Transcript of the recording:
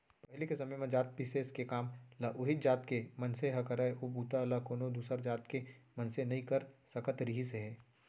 पहिली के समे म जात बिसेस के काम ल उहींच जात के मनसे ह करय ओ बूता ल कोनो दूसर जात के मनसे नइ कर सकत रिहिस हे